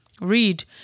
Read